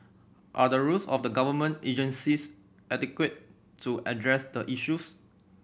are the rules of the government agencies adequate to address the issues